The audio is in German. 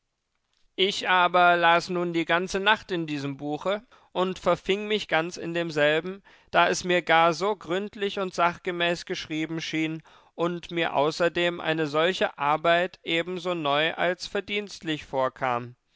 ich aber las nun die ganze nacht in diesem buche und verfing mich ganz in demselben da es mir gar so gründlich und sachgemäß geschrieben schien und mir außerdem eine solche arbeit ebenso neu als verdienstlich vorkam